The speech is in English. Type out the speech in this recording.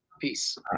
Peace